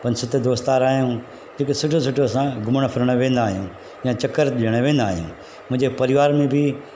पंज सत दोस्त यार आ्यूंहि हिते सुठो सुठो असां घुमणु फिरणु वेंदा आहियूं या चकरु ॾियणु वेंदा आहियूं मुंहिंजे परिवार में बि